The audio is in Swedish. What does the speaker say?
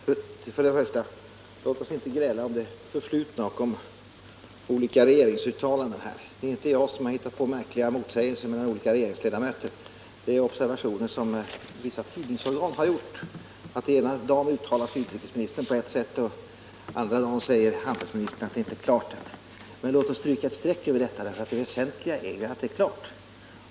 Herr talman! Först och främst: Låt oss inte gräla om det förflutna och om olika regeringsuttalanden här! Det är inte jag som har hittat märkliga motsägelser mellan olika regeringsledamöter. Det har också vissa tidnings organ gjort, när de kunnat konstatera att den ena dagen uttalar sig utrikesministern på ett visst sätt och den andra dagen säger handelsministern att det inte är klart. Men låt oss stryka ett streck över detta, eftersom det väsentliga är att det nu är klart.